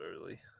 early